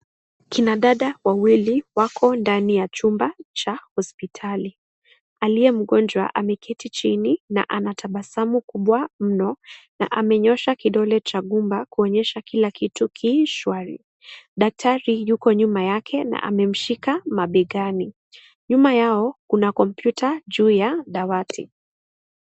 Kina dada wawili wako ndani ya chumba cha hospitali aliye mgonjwa ameketi chini na anatabasamu kubwa mno na amenyoosha kidole cha gumba kuonyesha kila kitu ki shwari daktari yuko nyuma yake na amemshika mabegani nyuma yao kuna kompyuta juu ya dawati.